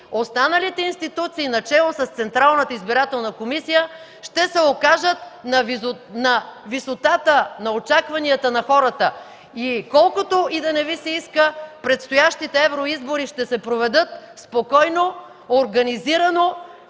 останалите институции, начело с Централната избирателна комисия, ще се окажат на висотата на очакванията на хората. Колкото и да не Ви се иска, предстоящите евроизбори ще се проведат спокойно, организирано,